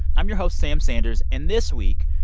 i'm your host, sam sanders. and this week,